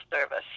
service